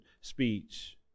speech